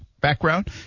background